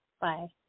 Bye